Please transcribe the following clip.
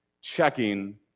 checking